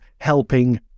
helping